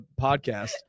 podcast